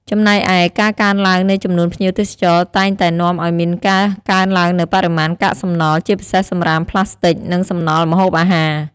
ចំណែកឯ ការកើនឡើងនៃចំនួនភ្ញៀវទេសចរតែងតែនាំឱ្យមានការកើនឡើងនូវបរិមាណកាកសំណល់ ជាពិសេសសំរាមប្លាស្ទិក និងសំណល់ម្ហូបអាហារ។